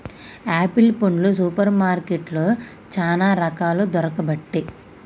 apple పండ్లు super మార్కెట్లో చానా రకాలు దొరుకబట్టె